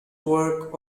work